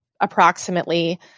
approximately